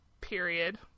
period